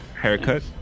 haircut